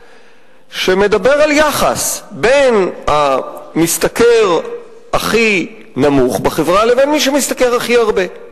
שמדבר על יחס בין המשתכר הכי מעט בחברה לבין מי שמשתכר הכי הרבה.